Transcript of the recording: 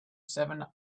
seven